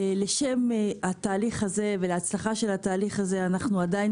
לשם התהליך הזה ולהצלחה של התהליך הזה אנחנו עדיין